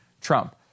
Trump